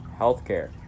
healthcare